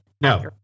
No